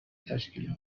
تشکیل